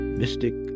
mystic